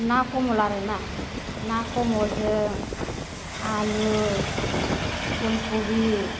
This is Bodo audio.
ना कमल आरोना ना कमलजों आलु फुलखबि